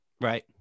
Right